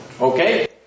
Okay